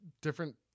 different